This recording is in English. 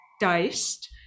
diced